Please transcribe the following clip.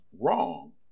wrong